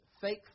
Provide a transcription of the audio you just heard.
fake